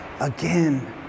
Again